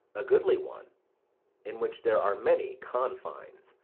a goodly one in which there are many confines,